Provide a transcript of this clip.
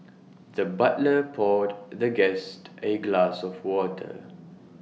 the butler poured the guest A glass of water